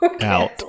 out